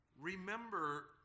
Remember